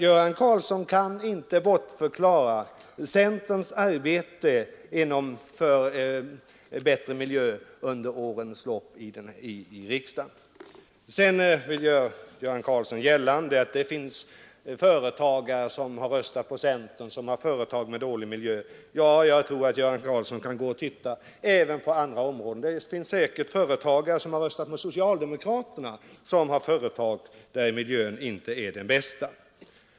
Göran Karlsson kan inte bortförklara centerns arbete under årens lopp i riksdagen för bättre miljö. Sedan vill Göran Karlsson göra gällande att det finns företagare som har röstat på centern och som har företag med dålig miljö. Ja, jag tror att Göran Karlsson kan gå och titta även på andra områden. Det finns säkert företagare som har röstat på socialdemokraterna och som har företag där miljön inte är den bästa.